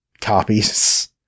copies